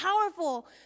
powerful